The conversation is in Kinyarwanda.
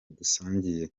dusangiye